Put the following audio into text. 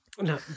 no